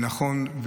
נכון,